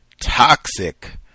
toxic